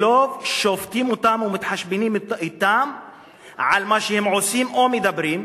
ולא שופטים אותם ומתחשבנים אתם על מה שהם עושים או על מה שמדברים,